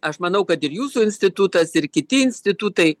aš manau kad ir jūsų institutas ir kiti institutai